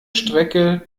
strecke